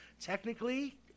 Technically